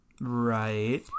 Right